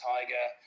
Tiger